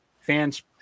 fans